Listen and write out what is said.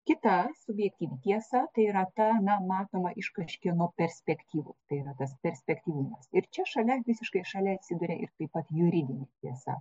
kita subjektyvi tiesa tai yra ta na matoma iš kažkieno perspektyvų tai yra tas perspektyvumas ir čia šalia visiškai šalia atsiduria ir taip pat juridinė tiesa